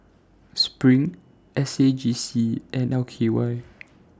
SPRING S A J C and L K Y